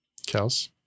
Kels